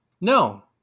No